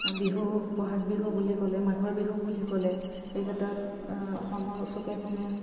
বিহু ব'হাগ বিহু বুলি ক'লে মাঘৰ বিহু বুলি ক'লে এইকেইটাত অসমৰ চুকে কুণে